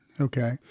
Okay